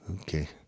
Okay